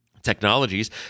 Technologies